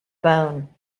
bone